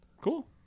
Cool